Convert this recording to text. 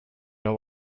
know